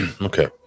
Okay